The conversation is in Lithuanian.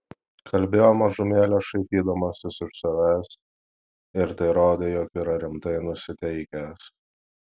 kalbėjo mažumėlę šaipydamasis iš savęs ir tai rodė jog yra rimtai nusiteikęs